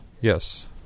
yes